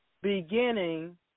Beginning